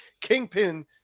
Kingpin